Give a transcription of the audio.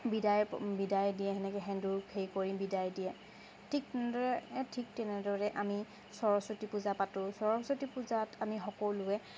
বিদায় বিদায় দিয়ে সেনেকৈ সেন্দুৰ সেই কৰি বিদায় দিয়ে ঠিক তেনেদৰে ঠিক তেনেদৰে আমি সৰস্বতী পূজা পাতো সৰস্বতী পূজাত আমি সকলোৱে